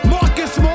Marcus